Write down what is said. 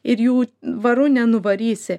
ir jų varu nenuvarysi